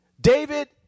David